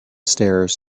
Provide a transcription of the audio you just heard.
stairs